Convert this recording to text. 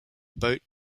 boat